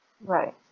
Right